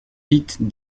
pete